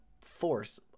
force